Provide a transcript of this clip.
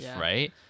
Right